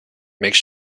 make